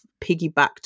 piggybacked